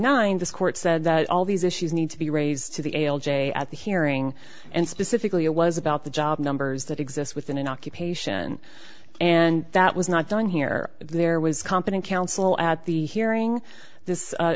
nine this court said that all these issues need to be raised to the ail day at the hearing and specifically it was about the job numbers that exist within an occupation and that was not done here there was competent counsel at the hearing this